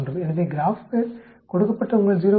எனவே கிராப்பேட் கொடுக்கப்பட்ட உங்கள் 0